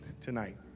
tonight